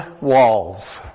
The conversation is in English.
walls